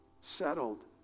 settled